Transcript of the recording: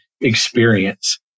experience